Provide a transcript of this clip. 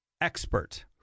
expert